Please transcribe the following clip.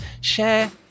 share